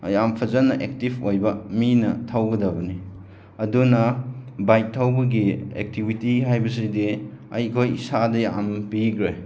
ꯌꯥꯝ ꯐꯖꯅ ꯑꯦꯛꯇꯤꯕ ꯑꯣꯏꯕ ꯃꯤꯅ ꯊꯧꯒꯗꯕꯅꯤ ꯑꯗꯨꯅ ꯕꯥꯏꯛ ꯊꯧꯕꯒꯤ ꯑꯦꯛꯇꯤꯕꯤꯇꯤ ꯍꯥꯏꯕꯁꯤꯗꯤ ꯑꯩꯈꯣꯏ ꯏꯁꯥꯗ ꯌꯥꯝ ꯄꯤꯈ꯭ꯔꯦ